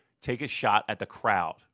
take-a-shot-at-the-crowd